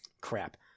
crap